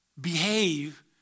behave